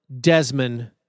Desmond